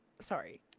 sorry